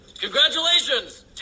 Congratulations